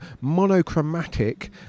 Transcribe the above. monochromatic